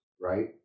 right